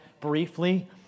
briefly